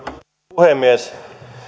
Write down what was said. puhemies